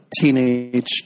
teenage